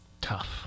tough